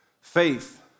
faith